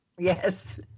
Yes